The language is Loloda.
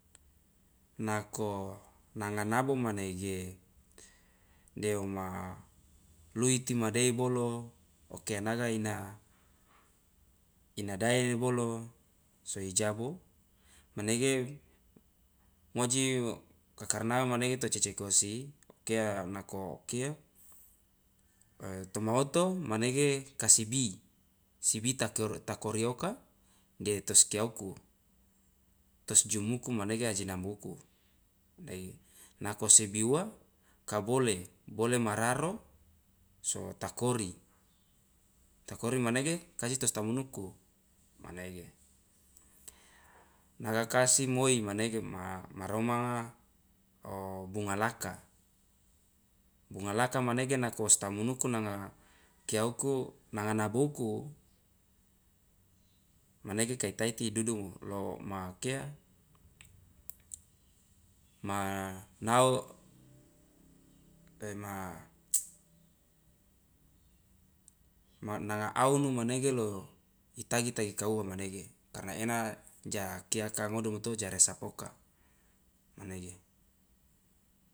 Nako nanga nabo manege dewoma luiti madei bolo okia naga ina ina daene bolo so ijabo manege ngoji kakarnaga manege tocecekosi okia nako okia e toma oto manege ka sibi sibi ta kori oka de toskia uku tos jum uku manege aji nabo uku de nako sibi uwa ka bole bole ma raro so ta kori ta kori manege kaje tostamunuku manege nagakasi moi manege maromanga o bunga laka bunga laka manege nako wostamunuku nanga kia uku nanga nabo uku manege kai taiti idudungu lo ma kia ma nanga aunu manege lo itagi tagi kauwa manege karna ena ja kiaka ngodumu to ja resap oka manege.